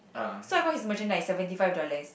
so I bought in merchandise is seventy five dollars